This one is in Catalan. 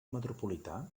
metropolità